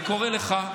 אני קורא לך,